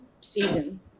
season